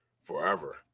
forever